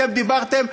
אתם דיברתם,